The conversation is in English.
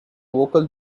vocal